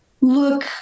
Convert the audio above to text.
look